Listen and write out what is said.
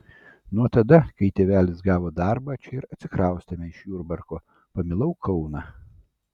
nuo tada kai tėvelis gavo darbą čia ir atsikraustėme iš jurbarko pamilau kauną